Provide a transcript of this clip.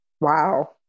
Wow